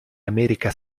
america